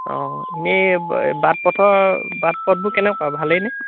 অঁ এনেই এই বাট পথৰ বাট পথবোৰ কেনেকুৱা ভালেই নে